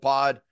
Pod